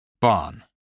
barn